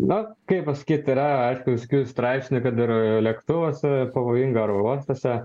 na kaip pasakyt yra aišku visokių straipsnių kad ir lėktuvuose pavojinga aerouostuose